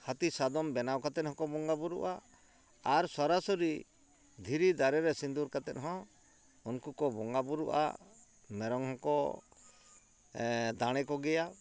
ᱦᱟᱹᱛᱤᱼᱥᱟᱫᱚᱢ ᱵᱮᱱᱟᱣ ᱠᱟᱛᱮᱫ ᱦᱚᱸᱠᱚ ᱵᱚᱸᱜᱟ ᱵᱩᱨᱩᱜᱼᱟ ᱟᱨ ᱥᱚᱨᱟᱥᱚᱨᱤ ᱫᱷᱤᱨᱤ ᱫᱟᱨᱮ ᱨᱮ ᱥᱤᱸᱫᱩᱨ ᱠᱟᱛᱮᱫ ᱦᱚᱸ ᱩᱱᱠᱩ ᱠᱚ ᱵᱚᱸᱜᱟ ᱵᱩᱨᱩᱜᱼᱟ ᱢᱮᱨᱚᱢ ᱦᱚᱸᱠᱚ ᱫᱟᱬᱮ ᱠᱚᱜᱮᱭᱟ